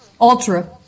Ultra